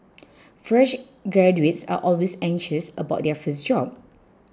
fresh graduates are always anxious about their first job